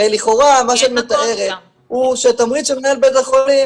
הרי לכאורה מה שאת מתארת הוא שתמריץ של מנהל בית חולים